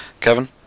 Kevin